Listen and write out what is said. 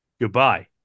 Goodbye